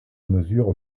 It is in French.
mesure